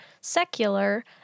secular